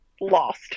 lost